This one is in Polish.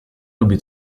lubi